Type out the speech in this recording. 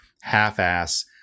half-ass